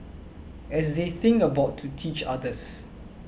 as they think about to teach others